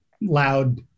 loud